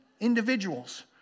individuals